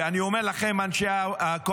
אני אומר לכם, אנשי הקואליציה,